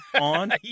on